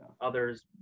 Others